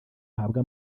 ahabwa